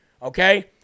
Okay